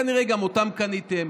כנראה גם אותם קניתם.